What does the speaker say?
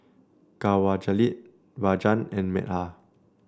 Kanwaljit Rajan and Medha